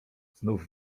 znów